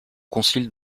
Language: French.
concile